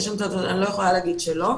יש לי 28 אחוזים.